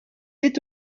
est